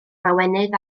lawenydd